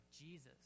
Jesus